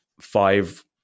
five